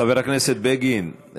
חבר הכנסת בגין,